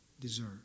deserve